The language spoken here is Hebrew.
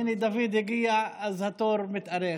הינה דוד הגיע, אז התור מתארך.